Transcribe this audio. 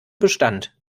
bestand